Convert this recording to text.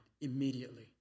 immediately